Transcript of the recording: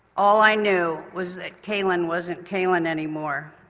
all i knew was that calen wasn't calen anymore.